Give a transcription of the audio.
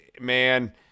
man